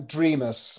Dreamers